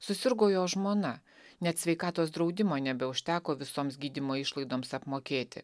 susirgo jo žmona net sveikatos draudimo nebeužteko visoms gydymo išlaidoms apmokėti